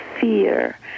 fear